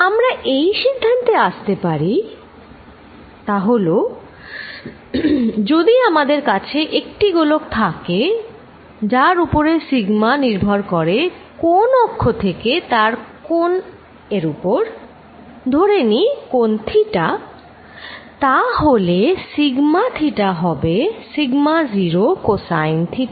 আমরা যেই সিদ্ধান্তে আসতে পারি তা হল যদি আমাদের কাছে একটি গোলক থাকে যার উপরে সিগমা নির্ভর করে কোন অক্ষ থেকে তার কোন এর উপর ধরে নিই কোন থিটা তা হলে সিগমা থিটা হবে সিগমা 0 কোসাইন থিটা